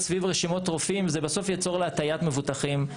סביב רשימות רופאים זה בסוף יצור להטעיית מבוטחים.